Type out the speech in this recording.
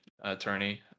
attorney